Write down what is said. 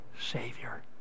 Savior